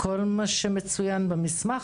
כל מה שמצוין במסמך,